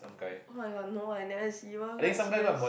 oh-my-god no eh I never see oh-my-god serious